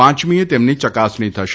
પાંચમીએ તેમની યકાસણી થશે